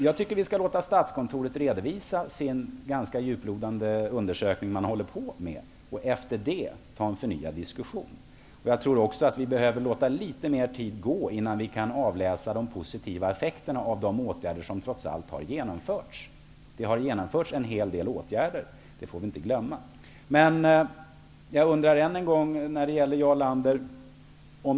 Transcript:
Jag tycker att vi skall låta Statskontoret redovisa den ganska djuplodande undersökning som man där håller på med. Efter det kan vi föra en förnyad diskussion. Jag tror också att vi behöver låta det gå litet mer tid innan vi kan avläsa de positiva effekterna av de åtgärder som trots allt har genomförts. Vi får inte glömma att det har genomförts en hel del åtgärder. Jarl Lander!